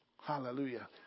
Hallelujah